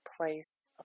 place